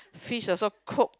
fish also cook